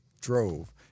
drove